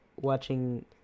watching